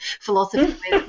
philosophy